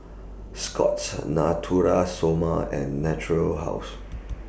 Scott's Natura Stoma and Natura House